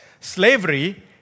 slavery